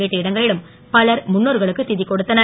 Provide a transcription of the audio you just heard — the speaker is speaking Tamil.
உள்ளிட்ட இடங்களிலும் பலர் முன்னோர்களுக்கு இதி கொடுத்தனர்